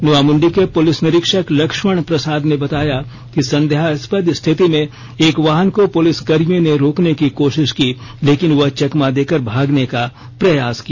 नोआमुंडी के पुलिस निरीक्षक लक्ष्मण प्रसाद ने बताया कि संदेहास्पद स्थिति में एक वाहन को पुलिस कर्मियों ने रोकने की कोशिश की लेकिन वह चकमा देकर भागने का प्रयास किया